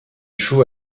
joue